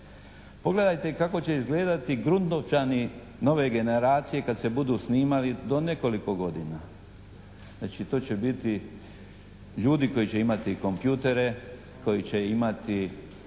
Pogledajte kako će izgledati Gruntovčani nove generacije kad se budu snimali do nekoliko godina. Znači, to će biti ljudi koji će imati kompjutere, koji će imati